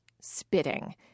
spitting